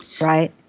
right